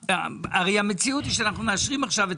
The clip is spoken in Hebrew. הרי המציאות היא שאנחנו מאשרים עכשיו את